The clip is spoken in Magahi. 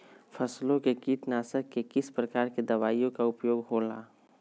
फसलों के कीटनाशक के किस प्रकार के दवाइयों का उपयोग हो ला?